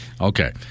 Okay